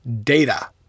data